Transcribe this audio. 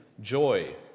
joy